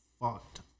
fucked